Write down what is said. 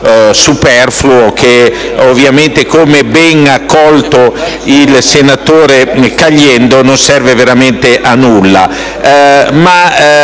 superfluo, che - come ben ha colto il senatore Caliendo - non serve veramente a nulla.